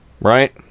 Right